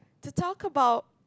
to talk about